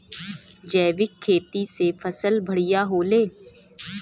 जैविक खेती से फसल बढ़िया होले